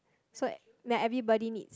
so like everybody needs